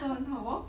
so 很好哦